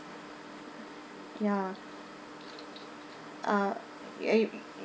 ya uh you